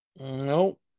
Nope